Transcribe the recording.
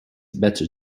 better